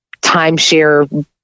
timeshare